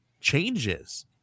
changes